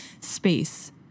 space